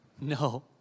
No